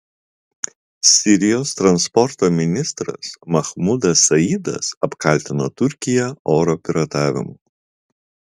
sirijos transporto ministras mahmudas saidas apkaltino turkiją oro piratavimu